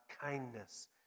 kindness